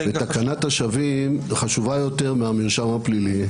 תקנת השבים חשובה יותר מהמרשם הפלילי,